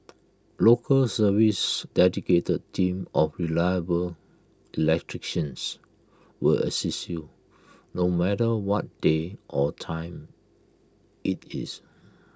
local service's dedicated team of reliable electricians will assist you no matter what day or time IT is